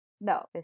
No